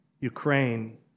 Ukraine